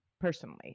personally